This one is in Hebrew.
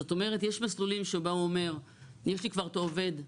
זאת אומרת יש מסלולים שבהם הוא אומר 'יש לי כבר את העובד,